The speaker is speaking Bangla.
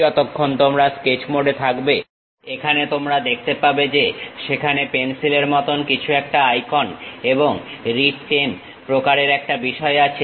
যতক্ষণ তোমরা স্কেচ মোড এ থাকবে এখানে তোমরা দেখতে পাবে যে সেখানে পেন্সিলের মত কিছু একটা আইকন এবং রিট10 প্রকারের একটা বিষয় আছে